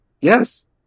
Yes